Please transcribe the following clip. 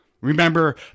Remember